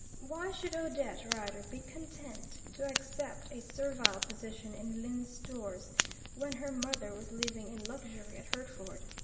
why should odette rider be content to accept a servile position in lyne's stores when her mother was living in luxury at hertford?